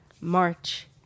March